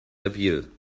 erbil